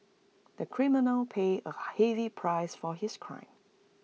the criminal paid A heavy price for his crime